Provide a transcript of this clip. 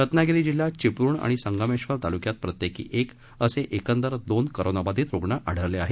रत्नागिरी जिल्ह्यात थिपळूण आणि संगमेश्वर तालुक्यात प्रत्येकी एक असे एकंदर दोन करोनाबाधित रुग्ण आढळले आहेत